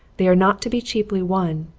they are not to be cheaply won,